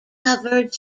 covered